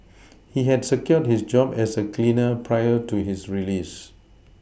he had secured his job as a cleaner prior to his release